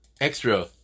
extra